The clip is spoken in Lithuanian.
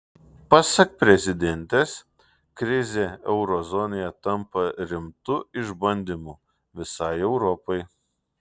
pasak prezidentės krizė euro zonoje tampa rimtu išbandymu visai europai